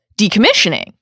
decommissioning